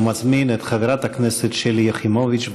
ומזמין את חברת הכנסת שלי יחימוביץ.